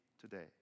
today